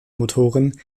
motoren